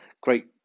great